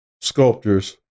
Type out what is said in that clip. sculptures